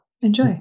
Enjoy